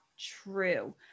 true